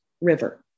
River